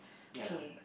ya lah